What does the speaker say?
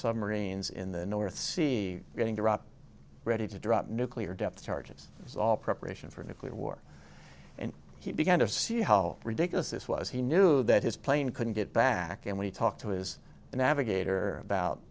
submarines in the north sea getting ready to drop nuclear depth charges it was all preparation for a nuclear war and he began to see how ridiculous this was he knew that his plane couldn't get back and when he talked to his the navigator about